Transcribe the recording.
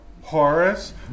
Horace